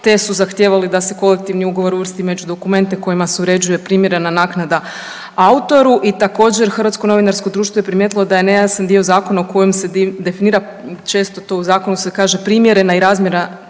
te su zahtijevali da se kolektivni ugovor uvrsti među dokumente kojima se uređuje primjerena naknada autoru i također Hrvatsko novinarsko društvo je primijetilo da je nejasan dio zakona u kojem se definira često to u zakonu se kaže, primjerena i razmjerna